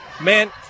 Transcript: man